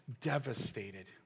devastated